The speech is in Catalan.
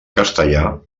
castellà